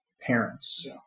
parents